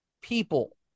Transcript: people